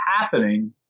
happening